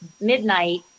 midnight